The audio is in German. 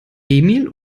emil